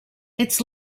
its